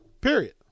Period